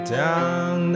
down